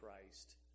Christ